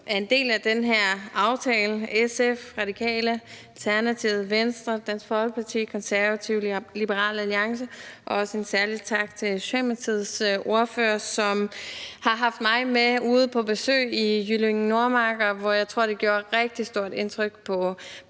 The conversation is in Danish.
en del af den her aftale – SF, Radikale, Alternativet, Venstre, Dansk Folkeparti, Konservative, Liberal Alliance – og også en særlig tak til Socialdemokratiets ordfører, som har haft mig med ude på besøg i Jyllinge Nordmark. Jeg tror, det gjorde et rigtig stort indtryk på os begge